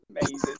Amazing